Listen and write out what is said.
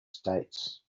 states